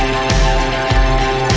and